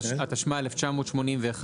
התשמ"א-1981,